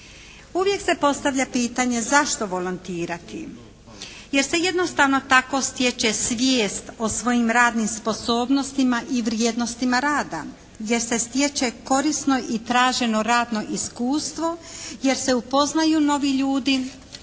Uvijek se postavlja pitanje zašto volontirati? Jer se jednostavno tako stječe svijest o svojim radnim sposobnostima i vrijednostima rada. Jer se stječe korisno i traženo radno iskustvo. Jer se upoznaju novi ljudi.